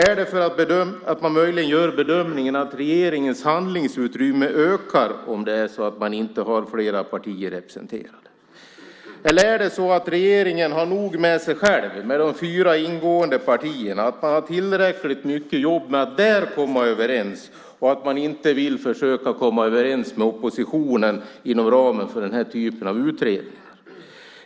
Är det för att man möjligen gör bedömningen att regeringens handlingsutrymme ökar om det inte är flera partier representerade? Eller har regeringen nog med sig själv med de fyra ingående partierna? Man har tillräckligt mycket jobb med att där komma överens och vill inte försöka komma överens med oppositionen inom ramen för den här typen av utredningar.